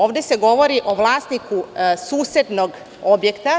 Ovde se govori o vlasniku susednog objekta.